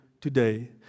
today